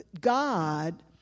God